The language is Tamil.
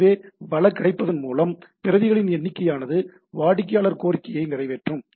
எனவே வள கிடைப்பதன் அடிப்படையில் பிரதிகளின் எண்ணிக்கையானது வாடிக்கையாளர் கோரிக்கையை நிறைவேற்றும்